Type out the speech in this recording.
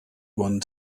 one